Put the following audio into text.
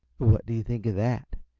what do you think of that?